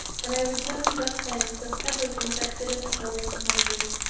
and i returned god thanks that everything succeeded according to my dream.